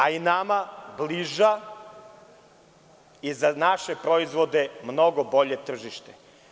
A i nama bliža i za naše proizvode mnogo bolje tržište.